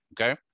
okay